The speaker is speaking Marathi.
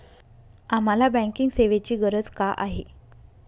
आम्हाला बँकिंग सेवेची गरज का आहे?